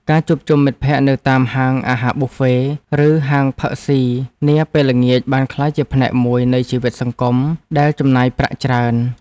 ការជួបជុំមិត្តភក្តិនៅតាមហាងអាហារប៊ូហ្វេ ឬហាងផឹកស៊ីនាពេលល្ងាចបានក្លាយជាផ្នែកមួយនៃជីវិតសង្គមដែលចំណាយប្រាក់ច្រើន។